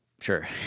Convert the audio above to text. Sure